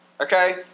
Okay